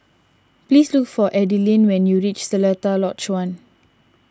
please look for Adilene when you reach Seletar Lodge one